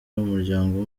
umuryango